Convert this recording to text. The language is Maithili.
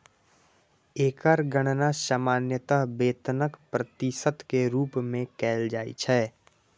एकर गणना सामान्यतः वेतनक प्रतिशत के रूप मे कैल जाइ छै